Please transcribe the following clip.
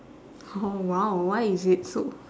oh !wow! why is it so